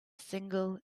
single